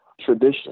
tradition